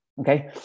Okay